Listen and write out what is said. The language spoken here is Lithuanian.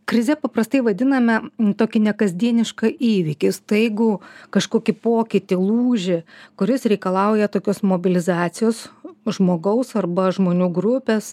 krize paprastai vadiname tokį nekasdienišką įvykį staigų kažkokį pokytį lūžį kuris reikalauja tokios mobilizacijos žmogaus arba žmonių grupės